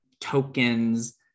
tokens